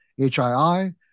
HII